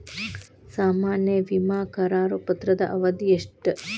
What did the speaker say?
ಸಾಮಾನ್ಯ ವಿಮಾ ಕರಾರು ಪತ್ರದ ಅವಧಿ ಎಷ್ಟ?